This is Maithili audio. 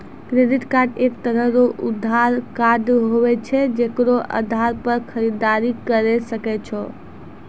क्रेडिट कार्ड एक तरह रो उधार कार्ड हुवै छै जेकरो आधार पर खरीददारी करि सकै छो